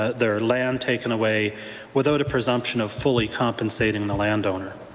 ah their land taken away without a presumption of fully compensating the landowner.